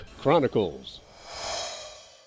Chronicles